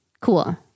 cool